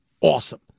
awesome